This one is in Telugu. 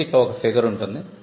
మొదటిగా ఒక ఫిగర్ ఉంటుంది